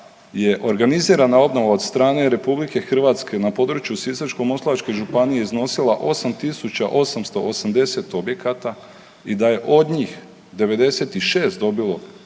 je organizirana obnova od strane Republike Hrvatsko na području Sisačko-moslavačke županije iznosila 8 tisuća 880 objekata i da je od njih 96 dobilo